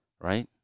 right